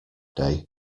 day